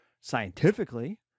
scientifically